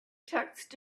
text